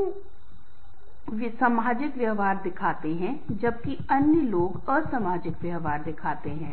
कुछ लोग सामाजिक व्यवहार दिखाते हैं जबकि अन्य असामाजिक व्यवहार दिखाते हैं